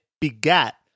begat